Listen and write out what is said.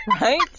Right